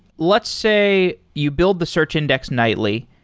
let's say you build the search index nightly,